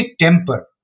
temper